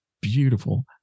beautiful